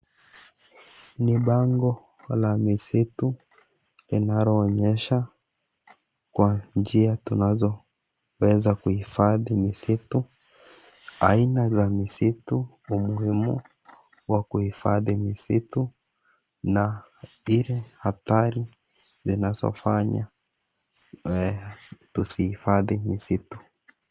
Ni bango la misitu linaloonyesha kwa njia tunaweza kuhifadhi misitu aina za misitu, umuhimu wa kuhifadhi misitu na zile hatari zinazofanya tusihifadhi misitu.